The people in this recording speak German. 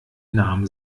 nahm